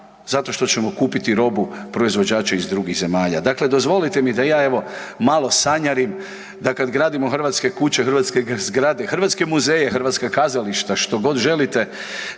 zato što ćemo kupiti robu proizvođača iz drugih zemalja. Dakle, dozvolite mi da ja evo malo sanjarim da kada gradimo hrvatske kuće, hrvatske zgrade, hrvatske muzeje, hrvatska kazališta, što god želimo